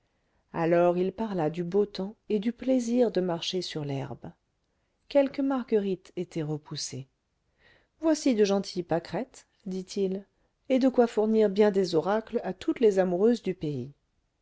alors il parla du beau temps et du plaisir de marcher sur l'herbe quelques marguerites étaient repoussées voici de gentilles pâquerettes dit-il et de quoi fournir bien des oracles à toutes les amoureuses du pays